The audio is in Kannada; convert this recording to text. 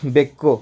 ಬೆಕ್ಕು